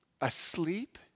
asleep